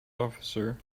officer